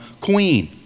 queen